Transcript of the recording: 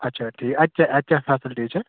اچھا ٹھیٖک اَتہِ کیٛاہ اَتہِ کیٛاہ فیسلٹی چھِ